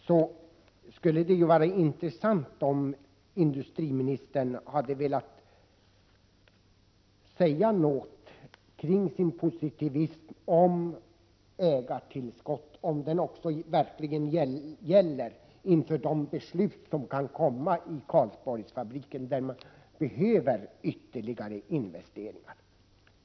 Det skulle vara intressant om industriministern ville tala om, huruvida hans positivism beträffande ägartillskott verkligen gäller inför de beslut som kan komma att fattas vid Karlsborgsfabriken, där man behöver ytterligare investeringar.